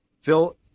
Phil